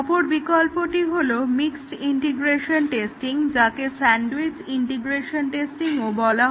অপর বিকল্পটি হলো মিক্সড ইন্টিগ্রেশন টেস্টিং যাকে স্যান্ডউইচ ইন্টিগ্রেশন টেস্টিংও বলা হয়